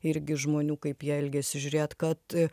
irgi žmonių kaip jie elgiasi žiūrėt kad